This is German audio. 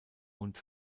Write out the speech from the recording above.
und